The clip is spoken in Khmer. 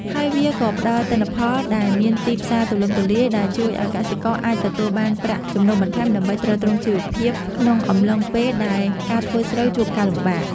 ហើយវាក៏ផ្ដល់នូវទិន្នផលដែលមានទីផ្សារទូលំទូលាយ ដែលជួយឱ្យកសិករអាចទទួលបានប្រាក់ចំណូលបន្ថែមដើម្បីទ្រទ្រង់ជីវភាពក្នុងអំឡុងពេលដែលការធ្វើស្រូវជួបការលំបាក។